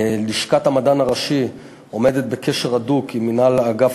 לשכת המדען הראשי עומדת בקשר הדוק עם מנהל האגף